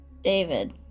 David